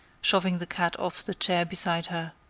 shoving the cat off the chair beside her.